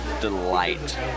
delight